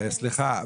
סליחה,